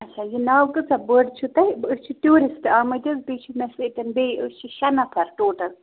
اچھا یہِ ناو کۭژاہ بٔڑ چھِ تۄہہِ أسۍ چھِ ٹوٗرِسٹ آمٕتۍ حظ بیٚیہِ چھِ مےٚ سۭتۍ بیٚیہِ أسۍ چھِ شےٚ نفر ٹوٹَل